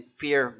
fear